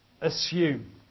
assume